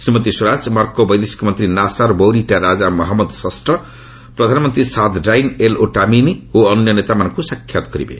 Shrimati Swaraj Morocco ବୈଦେଶିକ ମନ୍ତ୍ରୀ Nasser Bourita ରାଜା ମହମ୍ମଦ ଷଷ୍ଠ ପ୍ରଧାନମନ୍ତ୍ରୀ ସାଦ୍ ଡାଇନ୍ ଏଲ୍ ଓଟାମନି ଓ ଅନ୍ୟ ନେତାମାନଙ୍କୁ ସାକ୍ଷାତ କରିବେ